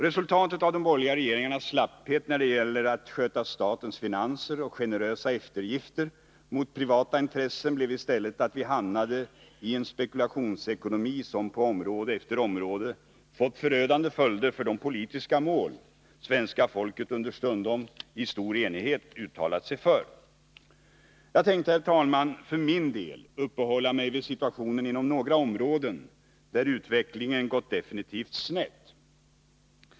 Resultatet av de borgerliga regeringarnas slapphet när det gäller att sköta statens finanser och deras generösa eftergifter mot privata intressen blev i stället att vi hamnade i en spekulationsekonomi, som på område efter område fått förödande följder för de politiska mål svenska folket understundom i stor enighet uttalat sig för. Jag tänkte, herr talman, för min del uppehålla mig vid situationen inom några områden, där utvecklingen definitivt gått snett.